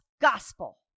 gospel